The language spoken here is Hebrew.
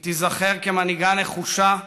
היא תיזכר כמנהיגה נחושה,